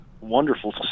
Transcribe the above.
wonderful